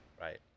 right